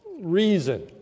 reason